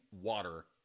water